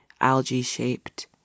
algae-shaped